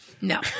No